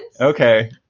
Okay